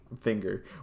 finger